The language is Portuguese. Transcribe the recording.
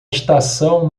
estação